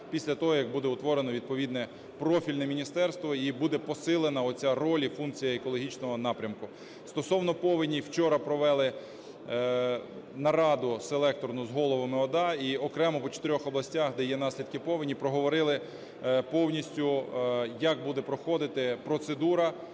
після того, як буде утворено відповідне профільне міністерство і буде посилена оця роль і функція екологічного напрямку. Стосовно повеней вчора провели нараду селекторну з головами ОДА і окремо по чотирьох областях, де є наслідки повені, проговорили повністю, як буде проходити процедура